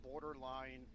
borderline